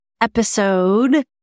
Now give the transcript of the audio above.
episode